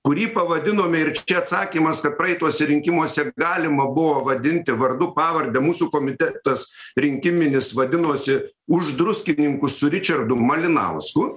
kurį pavadinome ir čia atsakymas kad praeituose rinkimuose galima buvo vadinti vardu pavarde mūsų komitetas rinkiminis vadinosi už druskininkus su ričardu malinausku